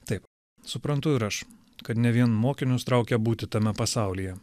taip suprantu ir aš kad ne vien mokinius traukia būti tame pasaulyje